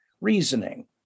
reasoning